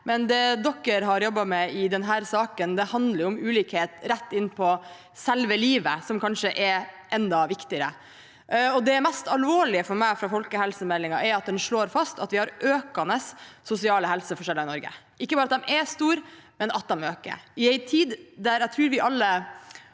men det dere har jobbet med i denne saken, handler om ulikhet rett inn på selve livet, som kanskje er enda viktigere. Det for meg mest alvorlige i folkehelsemeldingen er at den slår fast at vi har økende sosiale helseforskjeller i Norge – ikke bare at de er store, men at de øker. I en tid der jeg tror vi alle